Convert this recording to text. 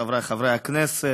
חברי חברי הכנסת,